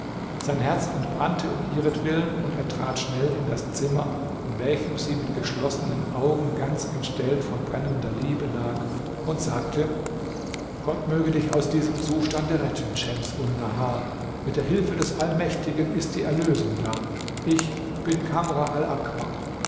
sein herz entbrannte um ihretwillen und er trat schnell in das zimmer in welchem sie mit geschlossenen augen ganz entstellt von brennender liebe lag und sagte gott möge dich aus diesem zustande retten schems ulnahar mit der hilfe des allmächtigen ist die erlösung da ich bin kamr